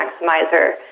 Maximizer